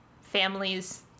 families